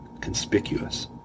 conspicuous